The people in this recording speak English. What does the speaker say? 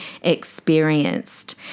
experienced